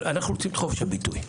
אנחנו רוצים את חופש הביטוי.